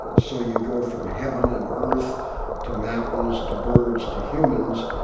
ah so you go from heaven and earth to mountains, to birds, to humans.